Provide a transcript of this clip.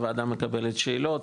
הוועדה מקבלת שאלות,